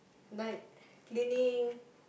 like cleaning